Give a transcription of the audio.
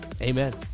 Amen